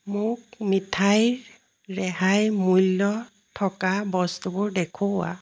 মোক মিঠাইৰ ৰেহাই মূল্য থকা বস্তুবোৰ দেখুওৱা